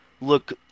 look